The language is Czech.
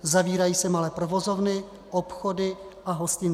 Zavírají se malé provozovny, obchody a hostince.